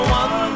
one